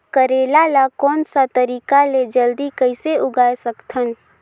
करेला ला कोन सा तरीका ले जल्दी कइसे उगाय सकथन?